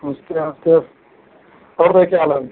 नमस्ते नमस्ते और बताइए क्या हाल है